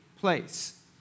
place